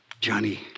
Johnny